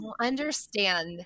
understand